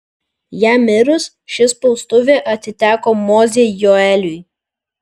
jam mirus ši spaustuvė atiteko mozei joeliui